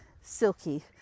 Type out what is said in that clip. Silky